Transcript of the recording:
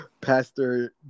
Pastor